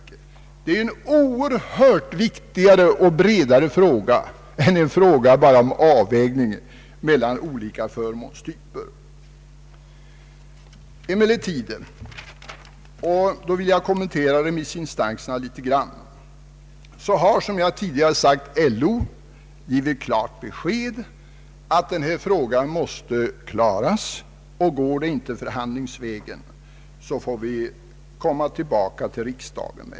Detta är en oerhört viktigare och bredare fråga än bara en fråga om avvägning mellan olika förmånstyper. Jag vill något kommentera remissinstansernas yttrande. Som jag tidigare sagt har LO givit besked om att denna fråga måste klaras och att man, om den inte går att klara förhandlingsvägen, måste åter komma till riksdagen.